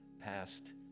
past